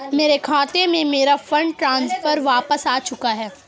मेरे खाते में, मेरा फंड ट्रांसफर वापस आ चुका है